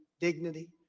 dignity